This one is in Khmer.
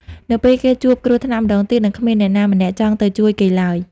នៅពេលគេជួបគ្រោះថ្នាក់ម្ដងទៀត នឹងគ្មានអ្នកណាម្នាក់ចង់ទៅជួយគេឡើយ។